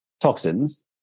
toxins